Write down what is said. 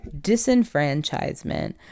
disenfranchisement